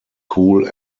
cool